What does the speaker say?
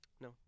No